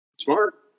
Smart